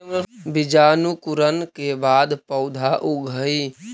बीजांकुरण के बाद पौधा उगऽ हइ